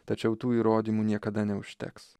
tačiau tų įrodymų niekada neužteks